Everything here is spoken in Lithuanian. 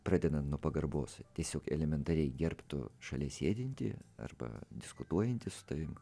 pradeda nuo pagarbos tiesiog elementariai gerbtų šalia sėdintį arba diskutuojantį su tavim